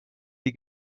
die